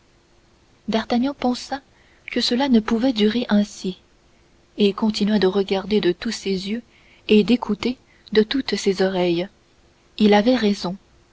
d'artagnan pensa que cela ne pouvait durer ainsi et continua de regarder de tous ses yeux et d'écouter de toutes ses oreilles il avait raison